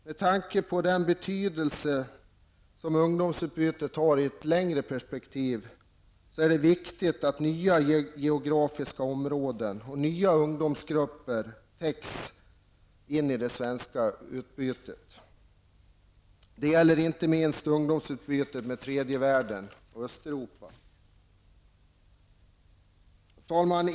Med tanke på den betydelse som ungdomsutbytet har i ett längre perspektiv är det viktigt att nya geografiska områden och nya ungdomsgrupper täcks in i det svenska utbytet. Det gäller inte minst ungdomsutbytet med tredje världen och Herr talman!